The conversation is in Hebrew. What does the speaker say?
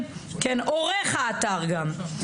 עורך האתר גם.